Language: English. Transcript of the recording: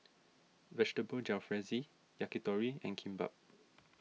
Vegetable Jalfrezi Yakitori and Kimbap